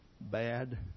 bad